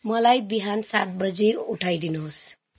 मलाई बिहान सात बजे उठाइदिनुहोस्